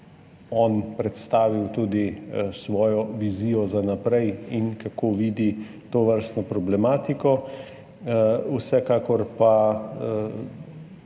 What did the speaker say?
on predstavil tudi svojo vizijo za naprej in kako vidi tovrstno problematiko. Vsekakor pa